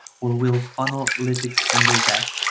or will funnellytics handle that?